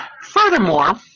furthermore